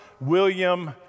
William